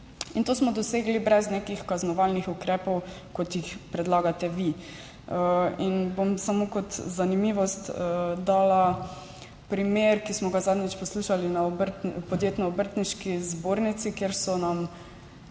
In to smo dosegli brez nekih kaznovalnih ukrepov, kot jih predlagate vi. Samo kot zanimivost bom dala primer, ki smo ga zadnjič poslušali na Obrtno-podjetniški zbornici, kjer so nam